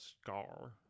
scar